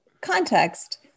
context